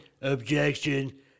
Objection